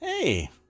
hey